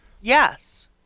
Yes